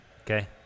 Okay